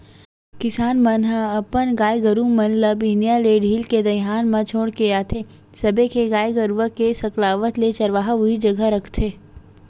किसान मन ह अपन गाय गरु मन ल बिहनिया ले ढील के दईहान म छोड़ के आथे सबे के गाय गरुवा के सकलावत ले चरवाहा उही जघा रखथे